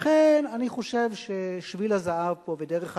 לכן, אני חושב ששביל הזהב, דרך הביניים,